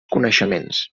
coneixements